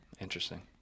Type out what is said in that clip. interesting